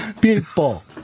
people